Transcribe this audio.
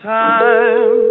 time